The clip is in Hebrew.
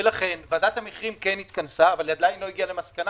לכן ועדת המחירים כן התכנסה אבל עדיין לא הגיעה למסקנה